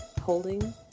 holding